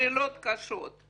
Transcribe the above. שאלות קשות.